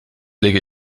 lege